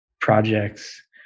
projects